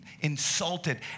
insulted